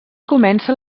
comença